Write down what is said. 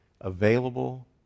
available